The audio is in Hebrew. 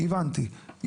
הבנתי.